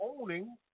owning